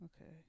okay